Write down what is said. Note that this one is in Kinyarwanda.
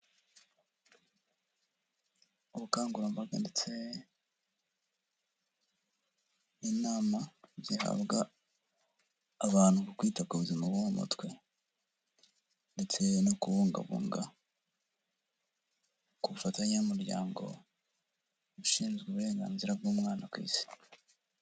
Ubukangurambaga ndetse n'inama zihabwa abantu mu kwita ku buzima bwo mu mutwe ndetse no kubungabunga, ku bufatanye n'umuryango ushinzwe uburenganzira bw'umwana ku isi.